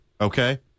okay